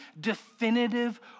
definitive